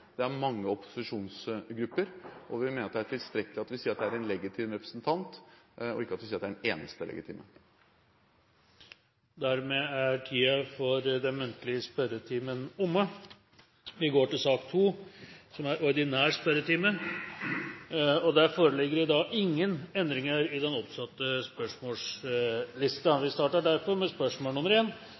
Det er mange opposisjonsgrupper, og vi mener det er tilstrekkelig at vi sier at det er én legitim representant, og ikke at vi sier at det er den eneste legitime representanten. Tiden for den muntlige spørretimen er omme, og vi går da over til den ordinære spørretimen. Det foreligger ingen endringer i den oppsatte spørsmålslisten. Jeg vil gjerne stille et spørsmål til forsvarsministeren. «Avinor planlegger en